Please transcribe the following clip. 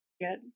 good